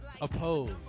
Oppose